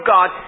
God